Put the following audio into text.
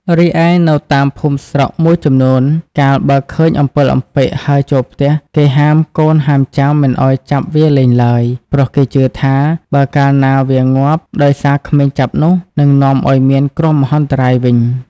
រីឯនៅតាមភូមិស្រុកមួយចំនួន កាលបើឃើញអំពិលអំពែកហើរចូលផ្ទះ គេហាមកូនហាមចៅមិនឱ្យចាប់វាលេងឡើយ ព្រោះគេជឿថា បើកាលណាវាងាប់ដោយសារក្មេងចាប់នោះ នឹងនាំឱ្យមានគ្រោះមហន្តរាយវិញ។